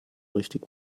richtig